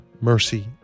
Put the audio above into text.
mercy